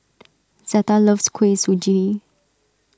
Zetta loves Kuih Suji